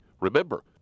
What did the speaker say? Remember